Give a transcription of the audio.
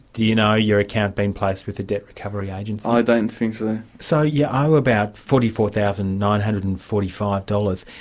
do you know, your account been placed with a debt recovery agency? i don't think so. so you yeah owe about forty four thousand nine hundred and forty five dollars.